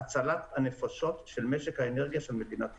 הצלת הנפשות של משק האנרגיה של מדינת ישראל.